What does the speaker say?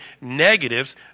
negatives